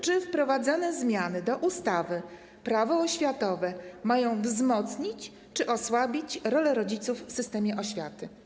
Czy zmiany wprowadzane do ustawy - Prawo oświatowe mają wzmocnić czy osłabić rolę rodziców w systemie oświaty?